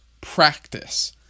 practice